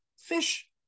fish